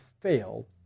fail